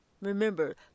remember